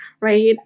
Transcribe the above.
Right